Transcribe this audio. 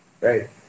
right